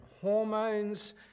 hormones